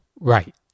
Right